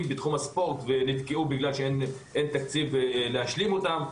בתחום הספורט ונתקעו בגלל שאין תקציב להשלים אותם.